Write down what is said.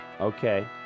Okay